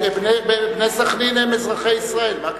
"בני סח'נין" הם אזרחי ישראל, מה קרה.